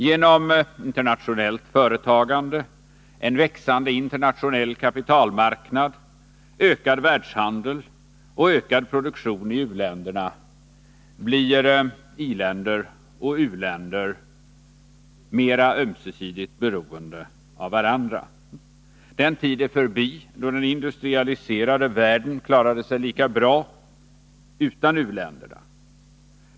Genom internationellt företagande, en växande internationell kapitalmarknad, ökad världshandel och ökad produktion i u-länderna blir i-länder och u-länder mer ömsesidigt beroende av varandra. Den tid är förbi då den industrialiserade världen klarade sig lika bra utan u-länderna.